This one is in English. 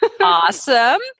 awesome